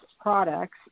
products